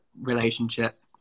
relationship